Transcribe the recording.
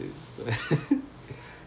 oh okay